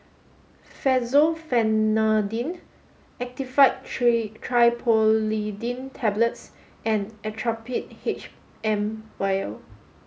Fexofenadine Actifed tree Triprolidine Tablets and Actrapid H M Vial